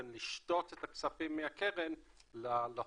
לשתות את הכספים מהקרן להוצאות.